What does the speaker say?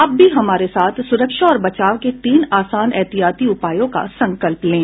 आप भी हमारे साथ सुरक्षा और बचाव के तीन आसान एहतियाती उपायों का संकल्प लें